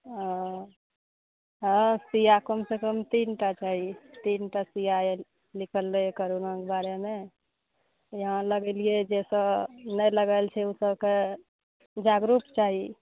औ हँ सुइया कम से कम तीन टा चाही तीन टा सुइया आएल निकललै करोनाके बारेमे इहाँ लगेलियै जेतऽ नहि लगाएल छै ओतऽ कए जागरुक चाही